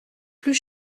plus